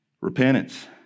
repentance